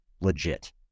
legit